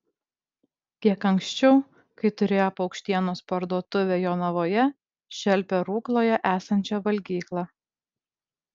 kiek anksčiau kai turėjo paukštienos parduotuvę jonavoje šelpė rukloje esančią valgyklą